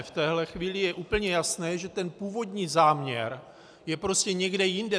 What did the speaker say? V téhle chvíli je úplně jasné, že ten původní záměr je prostě někde jinde.